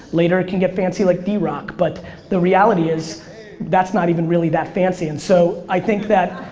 later it can get fancy like drock, but the reality is that's not even really that fancy, and so i think that,